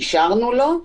אישרנו לו.